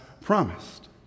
promised